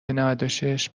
نودوشش